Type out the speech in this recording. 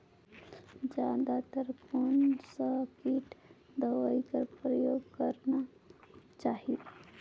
जादा तर कोन स किट दवाई कर प्रयोग करना चाही?